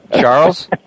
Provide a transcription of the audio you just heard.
Charles